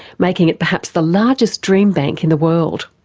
making it perhaps the largest dream bank in the world.